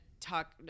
talk